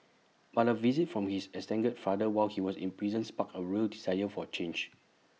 but A visit from his estranged father while he was in prison sparked A real desire for change